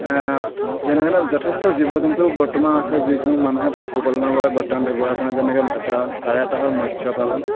যেনে ধৰণে যথেষ্ট জীৱ জন্তু বৰ্তমান আছে যিসমূহ মানুহে বৰ্তমান পশুপালনৰ বাবে ব্যৱহাৰ কৰে যেনে এটা তাৰে এটা হ'ল মৎস পালন